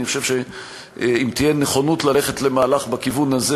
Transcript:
אני חושב שאם תהיה נכונות ללכת למהלך בכיוון הזה,